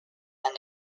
and